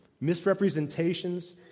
misrepresentations